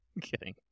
kidding